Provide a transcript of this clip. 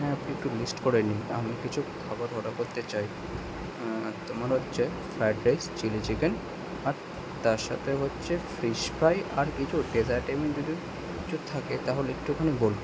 হ্যাঁ আপনি একটু লিস্ট করে নিন আমি কিছু খাবার অর্ডার করতে চাই তোমার হচ্ছে ফ্রায়েড রাইস চিলি চিকেন আর তার সাথে হচ্ছে ফ্রিস ফ্রাই আর কিছু ডেসার্টের মেনলি কিছু থাকে তাহলে একটুখানি বলুন